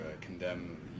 condemn